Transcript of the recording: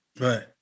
Right